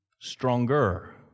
stronger